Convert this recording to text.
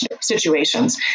situations